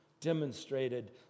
demonstrated